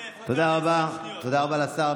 אתה רוצה גם לשמוע?